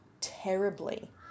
terribly